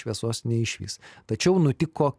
šviesos neišvys tačiau nutiko